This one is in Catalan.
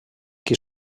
qui